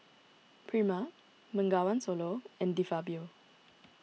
Prima Bengawan Solo and De Fabio